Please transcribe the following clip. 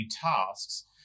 tasks